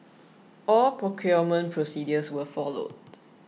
all procurement procedures were followed